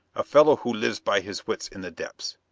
a fellow who lives by his wits in the depths.